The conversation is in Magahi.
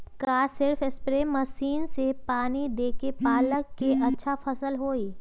का सिर्फ सप्रे मशीन से पानी देके पालक के अच्छा फसल होई?